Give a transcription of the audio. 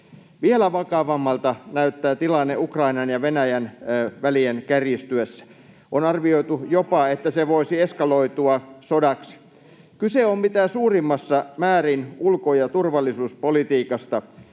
Vielä vakavammalta näyttää tilanne Ukrainan ja Venäjän välien kärjistyessä. On jopa arvioitu, että se voisi eskaloitua sodaksi. Kyse on mitä suurimmassa määrin ulko- ja turvallisuuspolitiikasta.